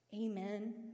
amen